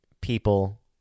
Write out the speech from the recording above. people